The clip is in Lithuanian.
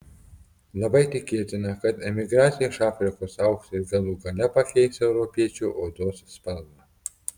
labai tikėtina kad emigracija iš afrikos augs ir galų gale pakeis europiečių odos spalvą